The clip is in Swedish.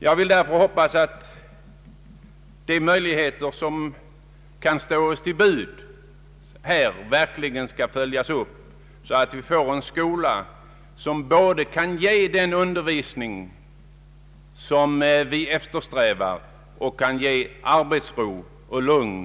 Jag vill därför hoppas att de möjligheter som kan stå till buds verkligen skall följas upp, så att vi får en skola som kan ge den undervisning vi eftersträvar och som kan ge arbetsro och lugn.